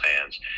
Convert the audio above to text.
hands